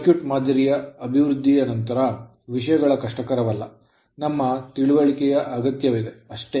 circuit ಮಾದರಿಯ ಅಭಿವೃದ್ಧಿಯ ನಂತರ ವಿಷಯಗಳು ಕಷ್ಟಕರವಲ್ಲ ನಮ್ಮ ತಿಳುವಳಿಕೆಯ ಅಗತ್ಯವಿದೆ ಅಷ್ಟೇ